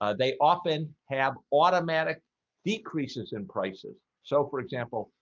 ah they often have automatic decreases in prices. so for example,